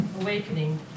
awakening